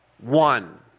one